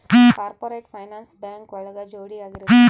corporate finance bank ಒಳಗ ಜೋಡಿ ಆಗಿರುತ್ತೆ